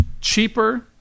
cheaper